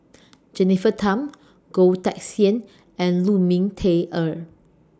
Jennifer Tham Goh Teck Sian and Lu Ming Teh Earl